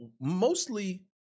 mostly